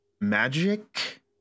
magic